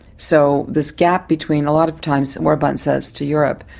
so this gap between, a lot of times orban says to europe,